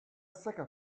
sucker